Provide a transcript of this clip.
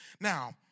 Now